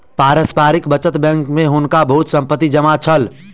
पारस्परिक बचत बैंक में हुनका बहुत संपत्ति जमा छल